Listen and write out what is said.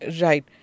Right